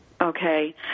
Okay